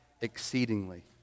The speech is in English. exceedingly